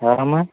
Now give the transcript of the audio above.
ఎవరమ్మా